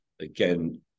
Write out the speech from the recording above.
again